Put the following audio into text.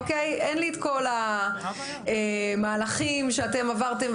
אין לי את כל המהלכים שאתם עברתם,